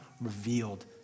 revealed